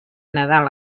nadal